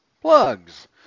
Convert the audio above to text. plugs